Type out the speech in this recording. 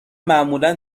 معمولا